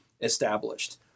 established